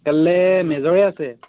কাইলৈ মেজৰে আছে